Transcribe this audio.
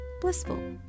blissful